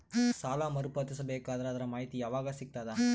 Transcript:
ಸಾಲ ಮರು ಪಾವತಿಸಬೇಕಾದರ ಅದರ್ ಮಾಹಿತಿ ಯವಾಗ ಸಿಗತದ?